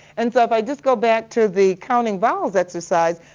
and so, if i just go back to the counting vowels exercise,